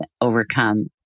overcome